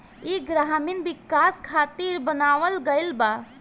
ई ग्रामीण विकाश खातिर बनावल गईल बा